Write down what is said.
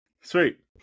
Sweet